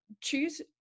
choose